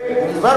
הוא מזמן.